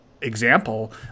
example